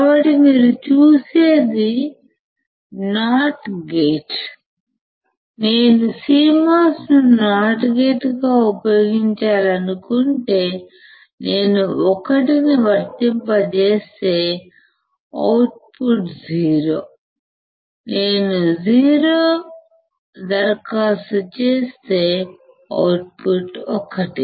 కాబట్టి మీరు చూసేది నాట్ గేట్ నేను CMOS ను నాట్ గేట్గా ఉపయోగించాలనుకుంటే నేను 1 ని వర్తింపజేస్తే అవుట్పుట్ 0 నేను 0 అనువర్తనం చేస్తే అవుట్పుట్ 1